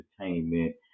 entertainment